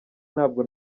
ntabwo